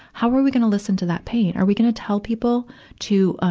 how are we gonna listen to that pain? are we gonna tell people to, um,